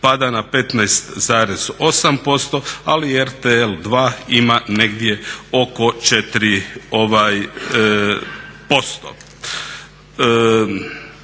pada na 15,8% ali RTL 2 ima negdje oko 4%.